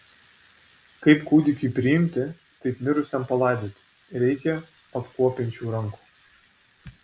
kaip kūdikiui priimti taip mirusiam palaidoti reikia apkuopiančių rankų